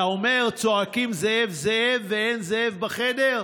אתה אומר: צועקים זאב, זאב, ואין זאב בחדר?